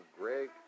Greg